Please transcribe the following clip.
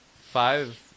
five